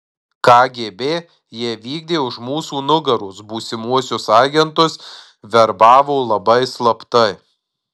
kgb ją vykdė už mūsų nugaros būsimuosius agentus verbavo labai slaptai